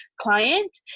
client